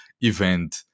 event